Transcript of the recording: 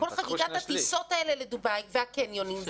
כל חגיגת הטיסות האלה לדובאי והקניונים,